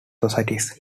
societies